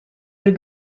bil